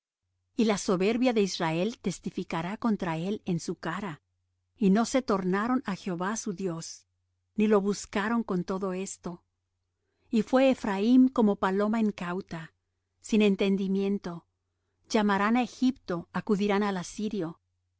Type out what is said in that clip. y la soberbia de israel testificará contra él en su cara y no se tornaron á jehová su dios ni lo buscaron con todo esto y fué ephraim como paloma incauta sin entendimiento llamarán á egipto acudirán al asirio